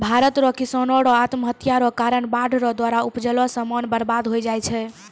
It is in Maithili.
भारत रो किसानो रो आत्महत्या रो कारण बाढ़ रो द्वारा उपजैलो समान बर्बाद होय जाय छै